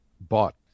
bought